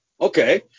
Okay